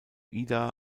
ida